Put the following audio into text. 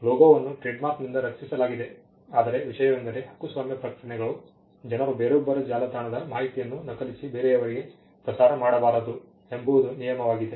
ಲೋಗೋವನ್ನು ಟ್ರೇಡ್ಮಾರ್ಕ್ನಿಂದ ರಕ್ಷಿಸಲಾಗಿದೆ ಆದರೆ ವಿಷಯವೆಂದರೆ ಹಕ್ಕುಸ್ವಾಮ್ಯ ಪ್ರಕಟಣೆಗಳು ಜನರು ಬೇರೊಬ್ಬರ ಜಾಲತಾಣದ ಮಾಹಿತಿಯನ್ನು ನಕಲಿಸಿ ಬೇರೆಯವರಿಗೆ ಪ್ರಸಾರ ಮಾಡಬಾರದು ಎಂಬುದು ನಿಯಮವಾಗಿದೆ